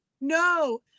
No